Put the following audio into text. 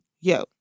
yo